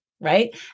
Right